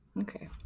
Okay